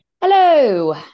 Hello